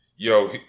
Yo